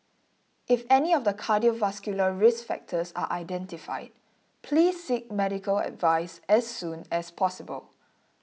if any of the cardiovascular risk factors are identified please seek medical advice as soon as possible